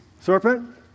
Serpent